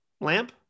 lamp